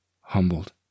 humbled